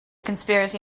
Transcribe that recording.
conspiracy